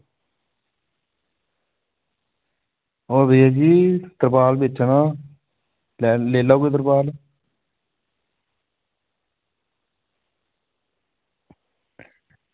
होर भैया जी तरपाल बेचना लेई लैओ कोई तरपाल